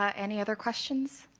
um any other questions?